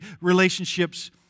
relationships